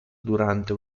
durante